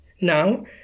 Now